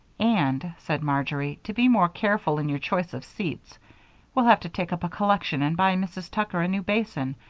and, said marjory, to be more careful in your choice of seats we'll have to take up a collection and buy mrs. tucker a new basin,